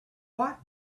what